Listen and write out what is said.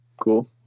Cool